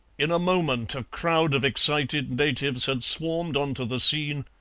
in a moment a crowd of excited natives had swarmed on to the scene,